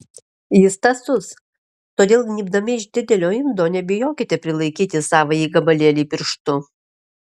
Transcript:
jis tąsus todėl gnybdami iš didelio indo nebijokite prilaikyti savąjį gabalėlį pirštu